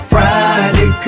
Friday